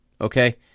okay